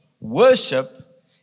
Worship